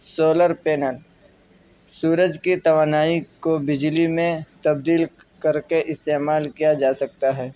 solar panel سورج کی توانائی کو بجلی میں تبدیل کر کے استعمال کیا جا سکتا ہے